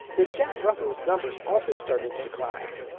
the jack russell's numbers also started to decline.